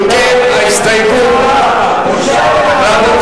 אני רוצה להכריז על תוצאות ההצבעה על ההסתייגות לסעיף 061002,